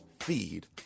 feed